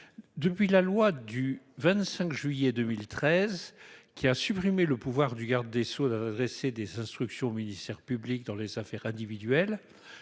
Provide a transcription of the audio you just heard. Depuis la loi du 25 juillet 2013 qui a supprimé le pouvoir du garde des sceaux d'adresser des instructions au ministère public dans des affaires individuelles-